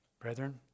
Brethren